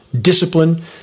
discipline